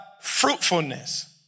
fruitfulness